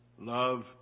Love